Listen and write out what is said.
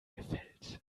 gefällt